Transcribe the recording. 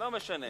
לא משנה.